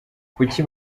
kuki